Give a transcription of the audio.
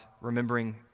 remembering